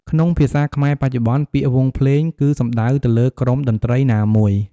ក្នុងភាសាខ្មែរបច្ចុប្បន្ន ពាក្យ "វង់ភ្លេង" គឺសំដៅទៅលើក្រុមតន្ត្រីណាមួយ។